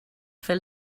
fer